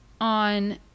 on